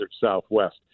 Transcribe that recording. southwest